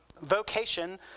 vocation